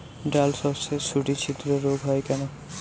ডালশস্যর শুটি ছিদ্র রোগ হয় কেন?